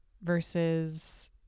versus